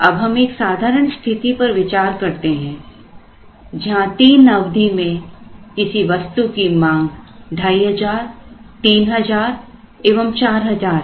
अब हम एक साधारण स्थिति पर विचार करते हैं जहां तीन अवधि में किसी वस्तु की मांग 2500 3000 एवं 4000 है